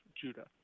Judah